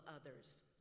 others